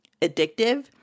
addictive